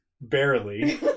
barely